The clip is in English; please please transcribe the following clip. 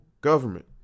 government